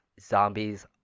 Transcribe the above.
zombies